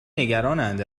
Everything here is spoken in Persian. نگرانند